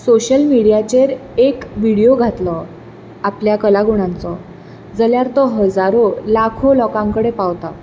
social मिडियाचेर एक video घातलो आपल्या कलागूणांचो जाल्यार तो हजारो लाखो लोकां कडेन पावता